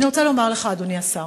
אני רוצה לומר לך, אדוני השר: